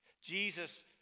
Jesus